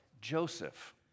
Joseph